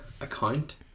account